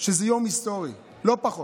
שזה יום היסטורי, לא פחות.